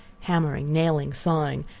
hammering, nailing, sawing,